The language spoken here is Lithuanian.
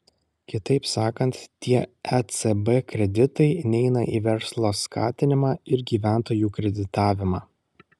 kitaip sakant tie ecb kreditai neina į verslo skatinimą ir gyventojų kreditavimą